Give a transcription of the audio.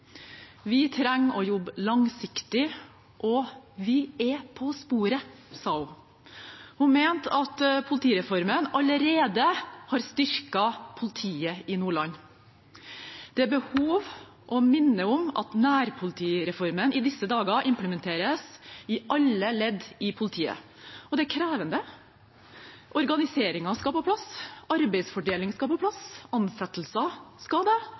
Vi trenger å jobbe langsiktig, og vi er på sporet, sa hun. Hun mente at politireformen allerede har styrket politiet i Nordland. Det er behov for å minne om at nærpolitireformen i disse dager implementeres i alle ledd i politiet, og det er krevende. Organiseringen skal på plass, arbeidsfordeling skal på plass, ansettelser skal det